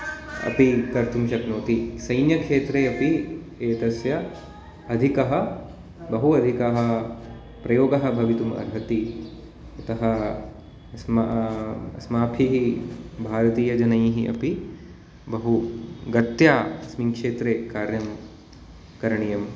अपि कर्तुं शक्नोति सैन्यक्षेत्रे अपि एतस्य अधिकः बहु अधिकः प्रयोगः भवितुं अर्हति अतः स्म अस्माभिः भारतीयजनैः अपि बहु गत्या अस्मिन् क्षेत्रे कार्यं करणीयं